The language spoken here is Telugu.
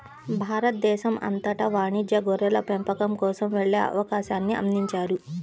భారతదేశం అంతటా వాణిజ్య గొర్రెల పెంపకం కోసం వెళ్ళే అవకాశాన్ని అందించారు